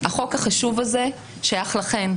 החוק החשוב הזה שייך לכן,